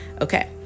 Okay